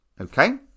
okay